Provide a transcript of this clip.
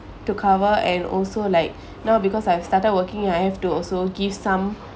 to cover and also like now because I've started working I have two also give some